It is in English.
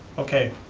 okay,